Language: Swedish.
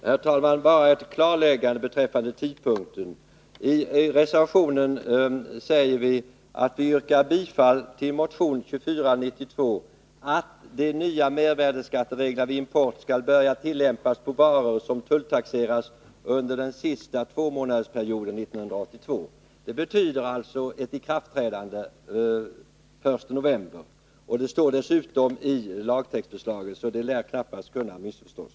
Herr talman! Jag vill bara göra ett klarläggande beträffande tidpunkten. I reservationen förordar vi att riksdagen ”bifaller yrkandet i motion 2492 att de nya mervärdeskattereglerna vid import skall börja tillämpas på varor som tulltaxeras under den sista tvåmånadersperioden 1982”. Det betyder alltså ikraftträdande den 1 november. Det står dessutom i lagtextförslaget, så det lär knappast kunna missförstås.